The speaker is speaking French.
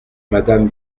madame